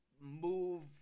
move